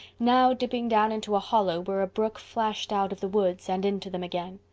now dipping down into a hollow where a brook flashed out of the woods and into them again,